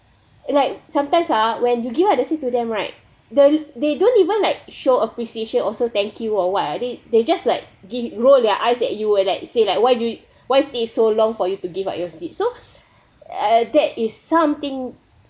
like sometimes ah when you give up the seat to them right the they don't even like show appreciation also thank you or what I think they just like give roll their eyes at you ah like say like why do you why take so long for you to give up your seat so that is something